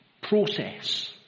process